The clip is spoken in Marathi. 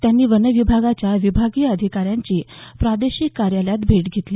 त्यांनी वन विभागाच्या विभागीय अधिकाऱ्यांची प्रादेशिक कार्यालयात भेट घेतली